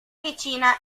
vicina